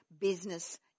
business